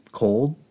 cold